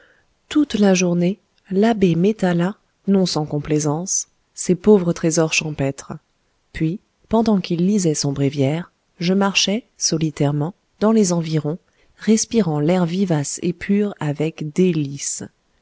toute la journée l'abbé m'étala non sans complaisance ses pauvres trésors champêtres puis pendant qu'il lisait son bréviaire je marchai solitairement dans les environs respirant l'air vivace et pur avec délices